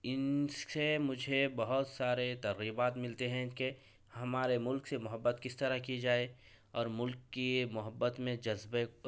ان سے مجھے بہت سارے ترغیبات ملتے ہیں ان کے ہمارے ملک سے محبت کس طرح کی جائے اور ملک کی محبت میں جذبہ